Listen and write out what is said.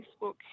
Facebook